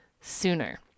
sooner